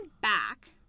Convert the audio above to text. back